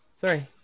Sorry